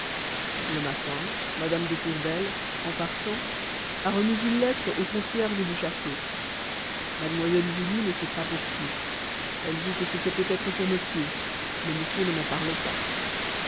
le matin mme de tourvel en partant a remis une lettre au concierge du château mlle julie ne sait pas pour qui elle dit que c'était peut-être pour monsieur mais monsieur ne m'en parle pas